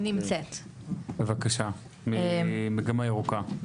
בבקשה, ממגמה ירוקה.